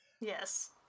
Yes